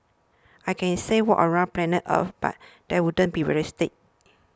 I can say walk around planet Earth but that wouldn't be realistic